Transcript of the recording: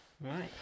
Right